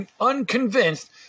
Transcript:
unconvinced